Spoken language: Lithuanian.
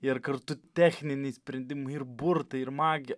ir kartu techniniai sprendimai ir burtai ir magija